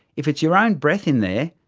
if it's your own breath in there,